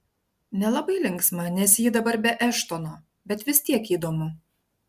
nelabai linksma nes ji dabar be eštono bet vis tiek įdomu